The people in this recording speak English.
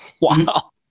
wow